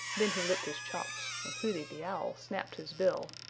then he licked his chops and hooty the owl snapped his bill,